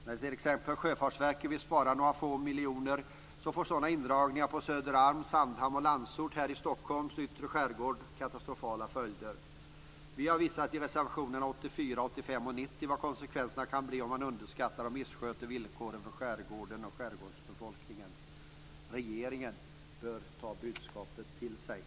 När t.ex. Sjöfartsverket vill spara några få miljoner får sådana indragningar katastrofala följder på Söderarm, I reservationerna 84, 85 och 90 har vi visat vilka konsekvenserna kan bli om man underskattar och missköter villkoren för skärgården och skärgårdsbefolkningen. Regeringen bör ta budskapet till sig.